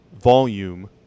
volume